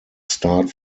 start